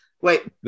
Wait